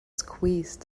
squeezed